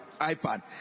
iPad